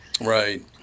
Right